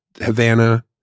Havana